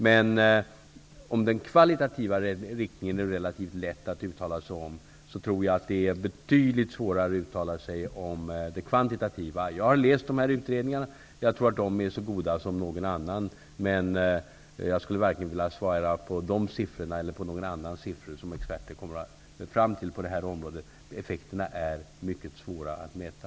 Men om det är relativt lätt att uttala sig om den kvalitativa riktlinjen, tror jag att det är betydligt svårare att uttala sig om den kvantitativa. Jag har läst de här utredningarna. Jag tror att de är så goda som någon annan. Men jag skulle varken vilja ge ett svar beträffande dessa siffror eller några andra siffror som experter kommer fram till på det här området. Effekterna är mycket svåra att mäta.